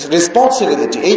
Responsibility